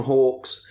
Hawks